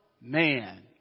man